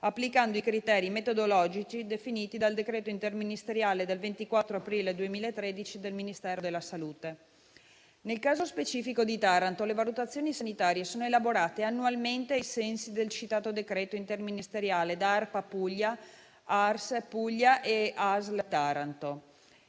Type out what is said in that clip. applicando i criteri metodologici definiti dal decreto interministeriale del 24 aprile 2013 del Ministero della salute. Nel caso specifico di Taranto, le valutazioni sanitarie sono elaborate annualmente ai sensi del citato decreto interministeriale dall'Agenzia regionale per la